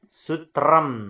sutram